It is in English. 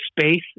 space